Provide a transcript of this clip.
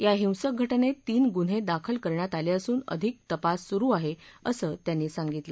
या हिसक घाजित तीन गुन्हे दाखल करण्यात आले असून अधिक तपास सुरू आहे असं त्यांनी सांगितलं